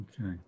okay